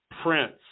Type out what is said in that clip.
Prince